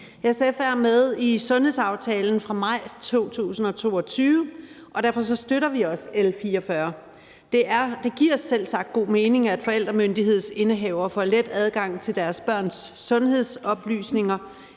SF er med i sundhedsaftalen fra maj 2022, og derfor støtter vi også L 44. Det giver selvsagt god mening, at forældremyndighedsindehavere får let adgang til deres børns sundhedsoplysninger,